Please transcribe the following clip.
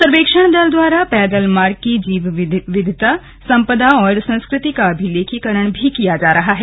सर्वेक्षण दल द्वारा पैदल मार्ग की जैव विविधता संपदा और संस्कृति का अभिलेखीकरण भी किया जा रहा है